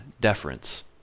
deference